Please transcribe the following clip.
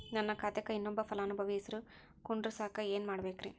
ನನ್ನ ಖಾತೆಕ್ ಇನ್ನೊಬ್ಬ ಫಲಾನುಭವಿ ಹೆಸರು ಕುಂಡರಸಾಕ ಏನ್ ಮಾಡ್ಬೇಕ್ರಿ?